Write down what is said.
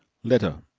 letter,